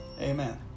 Amen